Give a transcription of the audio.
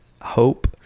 hope